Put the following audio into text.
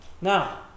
Now